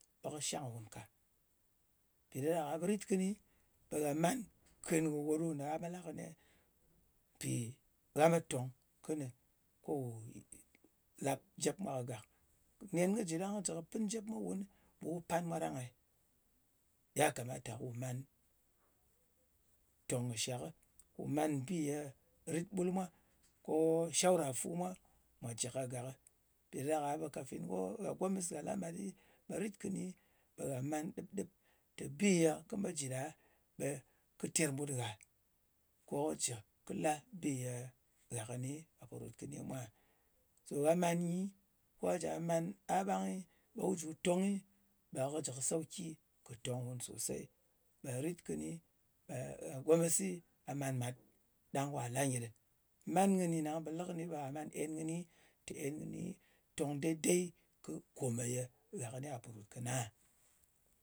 Ɓe kɨ shang nwùn ka. Mpì ɗak-a ɓe rit kɨni, ɓe ghà man ken kɨ wo ɗo gha me la kɨni-e? Mpì gha me tong kɨnɨ kù làp jep mwa kagàk. Nen kɨ jɨ ɗang kɨ jɨ kí pɨn jep mwa nwun, ɓe wu pan mwa rang-e? Ya kamata ku man tong kɨ shakɨ, ko man bi rit ɓul mwa. Ko shawra fu mwa, mwā jɨ kagàkɨ. Mpì ɗa ɗak-a ɓe kàfin ko gha gomɨs gha la mat ɗɨ, ɓe gha man dɨp-dɨp tè bi kɨ me jɨ ɗa, ɓe kɨ ter ɓut ngha? Ko kɨ jɨ kɨ la bi ye ghà kɨni ghà pò ròt kɨni mwa? Sò gha mani, kwa ja man a ɓang, ku ju tongɨ, ɓe ɗa kɨ jɨ kɨ sauki kɨ tong nwùn sòsey. Rit kɨni, ɓe gha gomɨsi, gha man mat ɗang kwà la nyɨ ɗɨ. Man kɨni nga pò lɨ kɨni, ɗo gha man en kɨni, tè en kɨni tong dei-dei kɨ kòme gha kɨni ghà pò ròt kɨni a?